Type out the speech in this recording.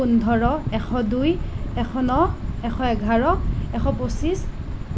পোন্ধৰ এশ দুই এশ ন এশ এঘাৰ এশ পঁচিছ